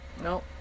No